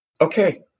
okay